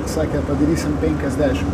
sakė padarysim penkiasdešimt